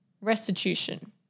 restitution